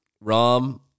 ROM